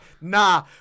nah